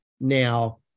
now